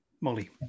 Molly